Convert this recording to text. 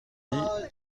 dit